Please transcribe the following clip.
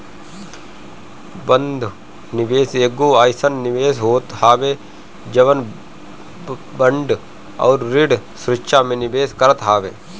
बंध निवेश एगो अइसन निवेश होत हवे जवन बांड अउरी ऋण सुरक्षा में निवेश करत हवे